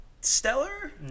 stellar